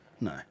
No